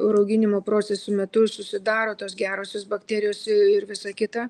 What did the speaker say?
rauginimo proceso metu susidaro tos gerosios bakterijos ir visa kita